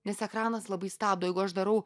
nes ekranas labai stabdo jeigu aš darau